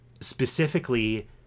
specifically